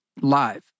live